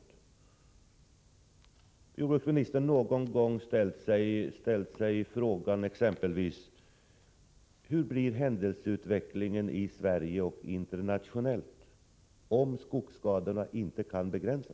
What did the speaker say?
Har jordbruksministern någon gång t.ex. frågat sig: Hur blir händelseutvecklingen i Sverige och även internationellt om skogsskadorna inte kan begränsas?